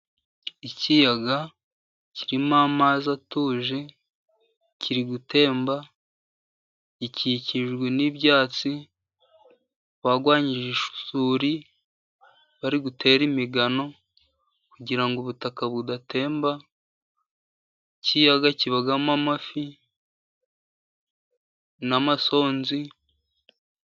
Ikiyaga kirimo amazi atuje kiri gutemba. Gikikijwe n'ibyatsi ,barwanyije isuri bari gutera imigano kugira ngo ubutaka budatemba. Ikiyaga kibamo amafi n'amasonzi.